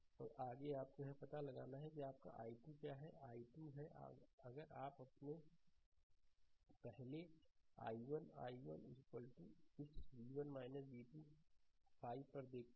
और आगे आपको यह पता लगाना है कि आपका i2 क्या है i2 है अगर आप अपने पहले i1 i1 इस v1 v2 को 5 पर देखते हैं